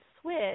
switch